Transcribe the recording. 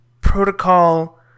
protocol